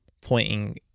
pointing